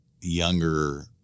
younger